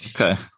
okay